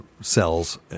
cells